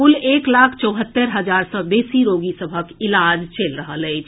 कुल एक लाख चौहत्तरि हजार सँ बेसी रोगी सभक इलाज चलि रहल अछि